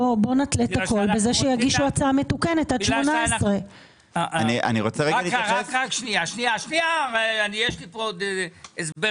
בוא נתלה את הכול בזה שיגישו הצעה מתוקנת עד 18. מי שמחוקק זה אנחנו.